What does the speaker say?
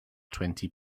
twenty